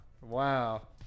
Wow